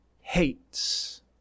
hates